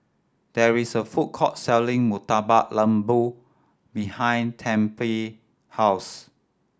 there is a food court selling Murtabak Lembu behind Tempie house